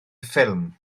ffilm